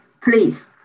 please